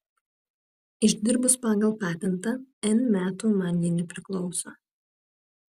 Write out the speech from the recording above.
išdirbus pagal patentą n metų man ji nepriklauso